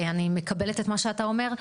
אני מקבלת את מה שאתה אומר,